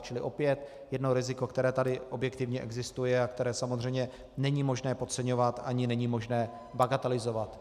Čili opět jedno riziko, které tady objektivně existuje a které samozřejmě není možné podceňovat ani není možné bagatelizovat.